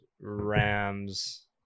Rams